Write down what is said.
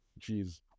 jeez